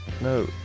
No